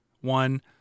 one